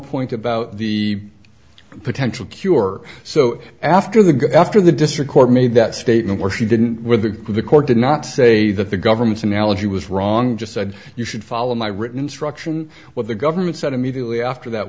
point about the potential cure so after the good after the district court made that statement where she didn't wear the court did not say that the government analogy was wrong just said you should follow my written struction what the government said immediately after that